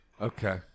Okay